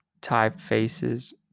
typefaces